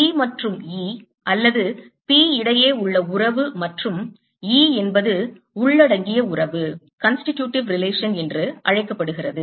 D மற்றும் E அல்லது P இடையே உள்ள உறவு மற்றும் E என்பது உள்ளடங்கிய உறவு என்று அழைக்கப்படுகிறது